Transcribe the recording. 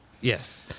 Yes